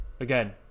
again